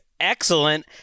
excellent